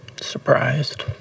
Surprised